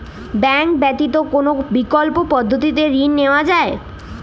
Bank ব্যতিত কোন বিকল্প পদ্ধতিতে ঋণ নেওয়া যায়?